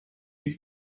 you